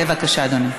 בבקשה, אדוני.